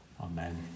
Amen